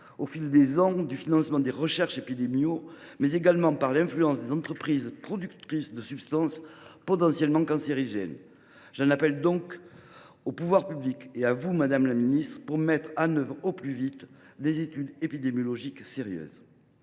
au fil des ans, du financement des recherches épidémiologiques, mais également par l’influence des entreprises productrices de substances potentiellement cancérogènes. J’en appelle donc aux pouvoirs publics, ainsi qu’à vous, madame la ministre, pour engager au plus vite des études épidémiologiques sérieuses.